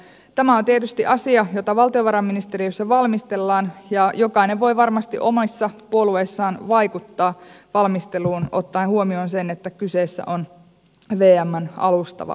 tämä on tietysti asia jota valtiovarainministeriössä valmistellaan ja jokainen voi varmasti omassa puolueessaan vaikuttaa valmisteluun ottaen huomioon sen että kyseessä on vmn alustava ehdotus